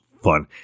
fun